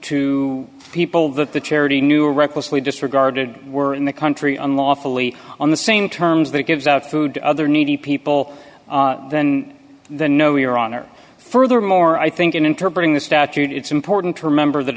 to people that the charity knew recklessly disregarded were in the country unlawfully on the same terms that gives out food to other needy people then no your honor furthermore i think in interpreting the statute it's important to remember that